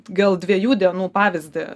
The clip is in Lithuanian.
gal dviejų dienų pavyzdį